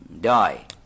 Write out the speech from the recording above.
die